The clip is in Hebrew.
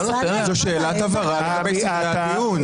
זאת שאלת הבהרה לגבי סדרי הדיון.